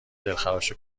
دلخراش